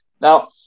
Now